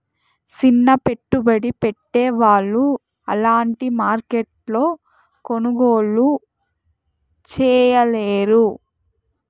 సిన్న పెట్టుబడి పెట్టే వాళ్ళు అలాంటి మార్కెట్లో కొనుగోలు చేయలేరు